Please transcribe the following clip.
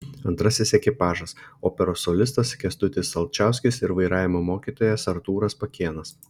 antrasis ekipažas operos solistas kęstutis alčauskis ir vairavimo mokytojas artūras pakėnas